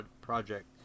project